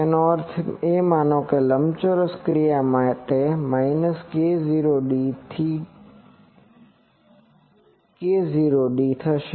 તેનો અર્થ માનો કે લંબચોરસ ક્રિયા માટે k0d2 થી k0d2 થશે